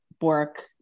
work